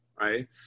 right